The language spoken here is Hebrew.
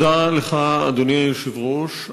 תודה לך, אדוני היושב-ראש.